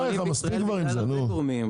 מספיק כבר עם זה --- יש עוד גורמים.